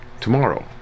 tomorrow